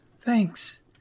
Thanks